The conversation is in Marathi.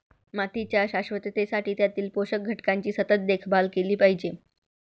मातीच्या शाश्वततेसाठी त्यातील पोषक घटकांची सतत देखभाल केली पाहिजे